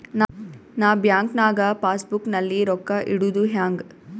ನಾ ಬ್ಯಾಂಕ್ ನಾಗ passbook ನಲ್ಲಿ ರೊಕ್ಕ ಇಡುದು ಹ್ಯಾಂಗ್?